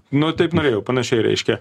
nu taip norėjau panašiai reiškia